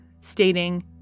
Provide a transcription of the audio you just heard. stating